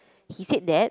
he said that